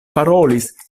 parolis